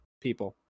people